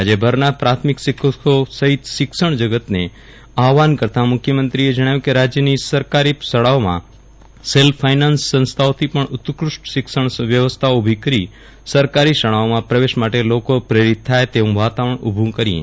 રાજ્યભરના પ્રાથમિક શિક્ષકો સહિત શિક્ષણ જગતને આહવાન કરતાં મુખ્યમંત્રી શ્રી એ જણાવ્યું કે રાજ્યની સરકારી શાળાઓમાં સેલ્ફ ફાયનાન્સ સંસ્થાઓથી પણ ઉત્કૂષ્ટ શિક્ષણ વ્યવસ્થાઓ ઊભી કરી સરકારી શાળાઓમાં પ્રવેશ માટે લોકો પ્રેરિત થાય તેવું વાતાવરજ્ઞ ઊભું કરીએ